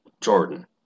Jordan